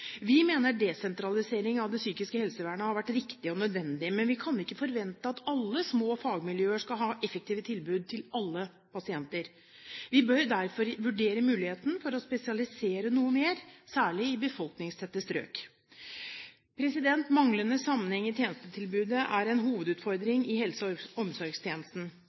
Vi mener desentralisering av det psykiske helsevernet har vært riktig og nødvendig, men vi kan ikke forvente at alle små fagmiljøer skal ha effektive tilbud til alle pasienter. Vi bør derfor vurdere muligheten for å spesialisere noe mer, særlig i befolkningstette strøk. Manglende sammenheng i tjenestetilbudet er en hovedutfordring i helse- og omsorgstjenesten,